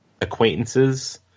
acquaintances